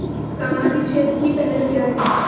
सामाजिक क्षेत्र की पहल क्या हैं?